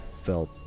felt